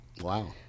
Wow